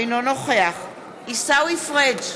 אינו נוכח עיסאווי פריג'